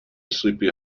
sleepy